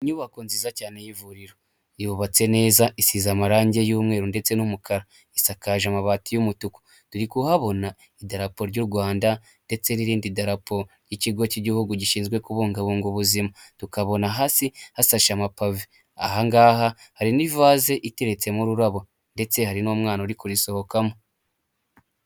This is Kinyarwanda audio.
Inyubako nziza cyane y'ivuriro yubatse neza isize amarangi y'mweru ndetse n'umukara, isakaje amabati y'umutuku. Turi kuhabona idarapo ry'u Rwanda ndetse n'irindi darapo ryIkigo k'Igihugu gishinzwe kubungabunga ubuzima, tukabona hasi hasashya amapave aha ngaha hari n'ivaze iteretsemo ururabo ndetse hari n'umwana uri kurisohokamo.